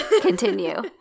Continue